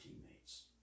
teammates